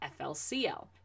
FLCL